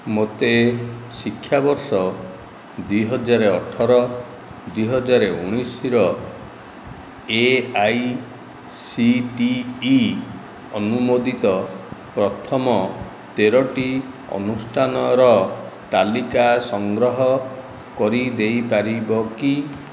ମୋତେ ଶିକ୍ଷାବର୍ଷ ଦୁଇ ହଜାର ଅଠର ଦୁଇ ହଜାର ଉଣେଇଶ ର ଏଆଇସିଟିଇ ଅନୁମୋଦିତ ପ୍ରଥମ ତେର ଟି ଅନୁଷ୍ଠାନର ତାଲିକା ସଂଗ୍ରହ କରି ଦେଇପାରିବ କି